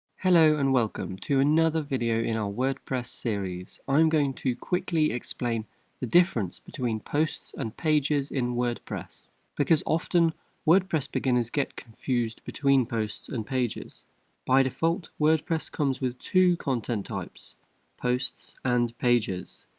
hello and welcome to another video in our wordpress series i'm going to quickly explain the difference between posts and pages in wordpress because often wordpress beginners get confused between posts and pages by default wordpress comes with two content types posts and pages,